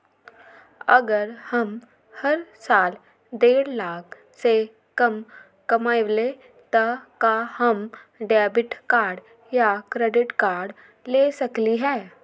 अगर हम हर साल डेढ़ लाख से कम कमावईले त का हम डेबिट कार्ड या क्रेडिट कार्ड ले सकली ह?